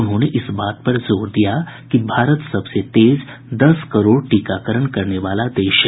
उन्होंने इस बात पर जोर दिया कि भारत सबसे तेज दस करोड़ टीकाकरण करने वाला देश है